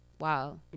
wow